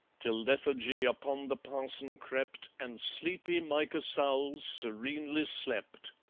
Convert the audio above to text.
till lethargy upon the parson crept, and sleepy micah sowls serenely slept.